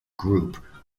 group